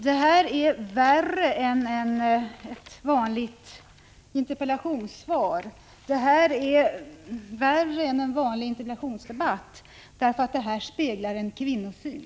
Detta är värre än ett vanligt interpellationssvar och värre än en vanlig interpellationsdebatt, därför att det speglar en kvinnosyn.